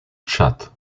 tschad